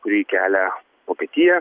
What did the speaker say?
kurį kelia vokietija